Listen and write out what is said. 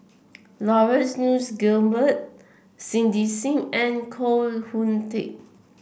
Laurence Nunns Guillemard Cindy Sim and Koh Hoon Teck